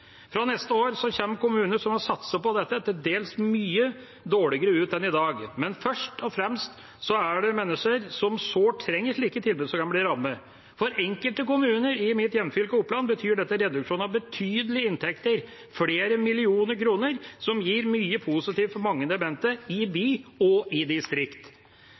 Fra neste år kommer kommuner som har satset på dette, til dels mye dårligere ut enn i dag. Men først og fremst er det mennesker som sårt trenger slike tilbud, som kan bli rammet. For enkelte kommuner i mitt hjemfylke, Oppland, betyr dette reduksjon av betydelige inntekter, flere millioner kroner, som gir mye positivt for mange demente i by og i distrikt.